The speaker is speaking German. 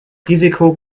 risiko